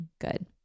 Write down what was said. good